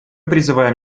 призываем